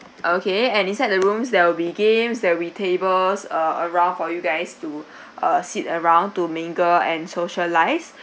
okay and inside the rooms there will be games there will be tables uh around for you guys to uh sit around to mingle and socialise